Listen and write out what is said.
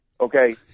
Okay